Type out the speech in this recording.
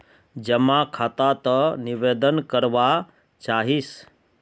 जमा खाता त निवेदन करवा चाहीस?